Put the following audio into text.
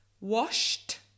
Washed